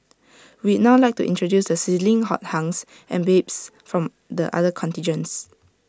we'd now like to introduce the sizzling hot hunks and babes from the other contingents